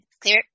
clear